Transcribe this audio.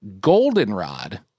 goldenrod